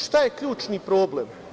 Šta je ključni problem?